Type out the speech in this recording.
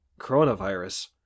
coronavirus